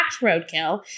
roadkill